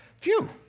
Phew